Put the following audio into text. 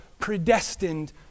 predestined